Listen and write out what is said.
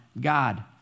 God